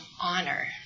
honor